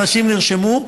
אנשים נרשמו,